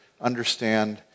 understand